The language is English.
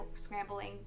scrambling